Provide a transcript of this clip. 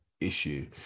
issue